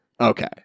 Okay